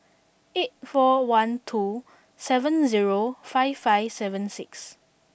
eight four one two seven zero five five seven six